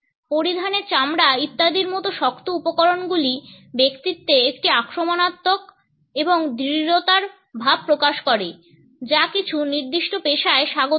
পরিধানে চামড়া ইত্যাদির মতো শক্ত উপকরণগুলি ব্যক্তিত্বে একটি আক্রমণাত্মক এবং দৃঢ়তার ভাব প্রকাশ করে যা কিছু নির্দিষ্ট পেশায় স্বাগত নয়